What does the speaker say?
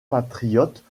patriote